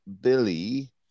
Billy